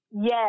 Yes